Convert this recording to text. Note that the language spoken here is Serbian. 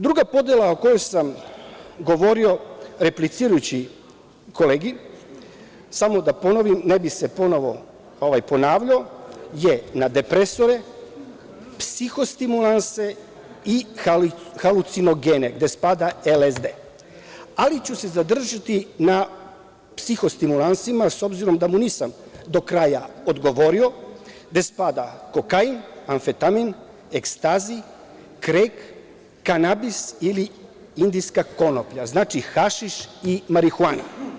Druga podela o kojoj sam govorio, replicirajući kolegi, samo da ponovim, ne bih se ponavljao, je na depresore, psihostimulanse i halucinogene, gde spada LSD, ali ću se zadržati na psihostimulansima, s obzirom da mu nisam do kraja odgovorio, gde spada kokain, amfetamin, ekstazi, krek, kanabis ili indijska konplja, znači, hašiš i marihuana.